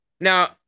Now